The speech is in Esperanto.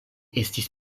estis